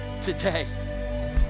Today